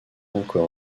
encore